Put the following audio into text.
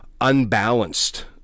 unbalanced